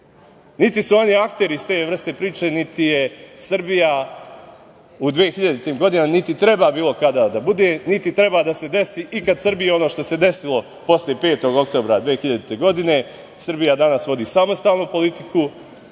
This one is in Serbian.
Niti su oni akteri iz te vrste priče, niti je Srbija u 2000. godini, niti treba bilo kada da bude, niti treba da se desi ikada Srbiji ono što se desilo posle 5. oktobra 2000. godine. Srbija danas vodi samostalnu politiku,